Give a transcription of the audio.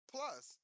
Plus